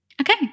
okay